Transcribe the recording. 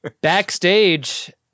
Backstage